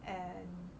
and